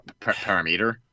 Parameter